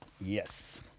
Yes